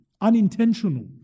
Unintentional